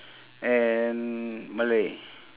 and malay